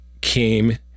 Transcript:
came